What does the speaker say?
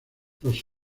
los